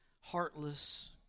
heartless